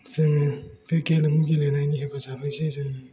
जोङो बे गेलेमु गेलेनायनि हेफाजाबैसो जोङो